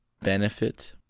benefit